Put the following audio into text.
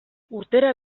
urtera